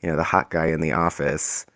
you know, the hot guy in the office.